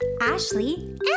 Ashley